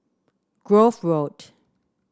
Grove Road